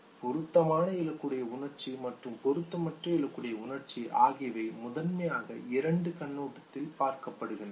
பொருத்தமான இலக்குடைய உணர்ச்சி மற்றும் பொருத்தமற்ற இலக்குடைய உணர்ச்சி ஆகியவை முதன்மையாக இரண்டு கண்ணோட்டத்தில் பார்க்கப்படுகின்றன